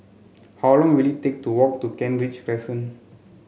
how long will it take to walk to Kent Ridge Crescent